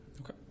Okay